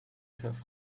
have